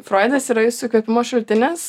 froidas yra jūsų įkvėpimo šaltinis